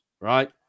right